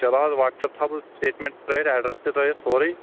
چلو حظ WhatsApp تھاوٕ بہٕ سٹیٹمنٹ ترٛٲوِتھ ایٚڈرس تہِ ترٛٲوِتھ سورٕے